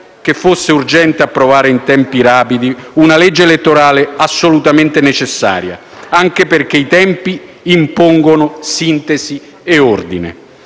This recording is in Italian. che fosse urgente approvare in tempi rapidi una legge elettorale assolutamente necessaria, anche perché i tempi impongono sintesi e ordine,